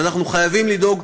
ואנחנו חייבים לדאוג,